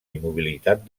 immobilitat